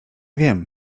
wiem